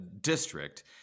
district